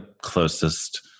closest